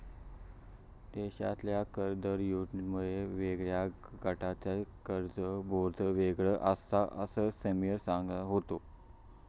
देशातल्या कर दर युनिटमधल्या वेगवेगळ्या गटांवरचो कराचो बोजो वेगळो आसा, असा समीर सांगा होतो